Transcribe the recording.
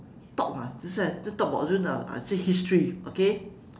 talk lah that's why just talk about june ah I say history okay